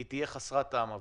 היא תהיה חסרת טעם עבורו,